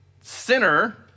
sinner